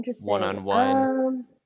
one-on-one